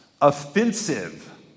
offensive